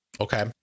Okay